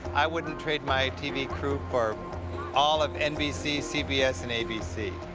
i wouldn't trade my t v. crew for all of nbc, cbs, and abc.